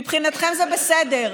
מבחינתכם זה בסדר,